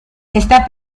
está